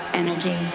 energy